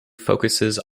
focuses